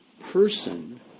person